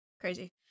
crazy